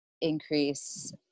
increase